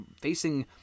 facing